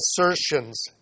assertions